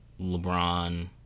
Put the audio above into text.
LeBron